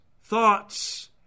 thoughts